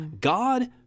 God